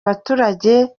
abatuye